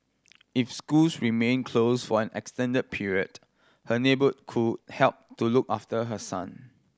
if schools remain close for an extended period her neighbour could help to look after her son